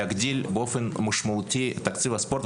להגדיל באופן משמעותי את תקציב הספורט,